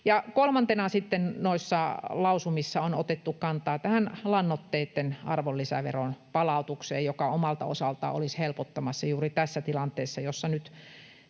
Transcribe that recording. noissa lausumissa on otettu kantaa lannoitteitten arvonlisäveron palautukseen, joka omalta osaltaan olisi helpottamassa juuri tässä tilanteessa, jossa nyt